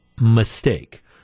mistake